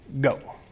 Go